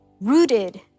rooted